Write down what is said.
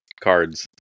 cards